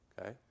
Okay